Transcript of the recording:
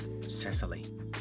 Cecily